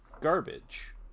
garbage